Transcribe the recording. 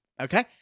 Okay